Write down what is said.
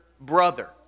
brother